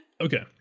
Okay